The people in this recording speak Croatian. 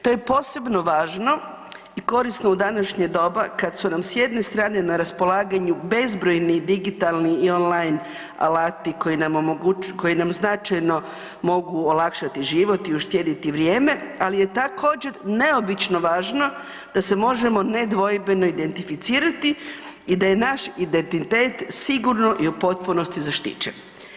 To je posebno važno i korisno u današnje doba kad su nam s jedne strane na raspolaganju bezbrojni digitalni i online alati koji značajno mogu olakšati život i uštedjeti vrijeme ali je također neobično važno da se možemo nedvojbeno identificirati i da je naš identitet sigurno i u potpunosti zaštićen.